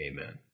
Amen